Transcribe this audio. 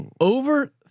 over